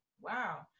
Wow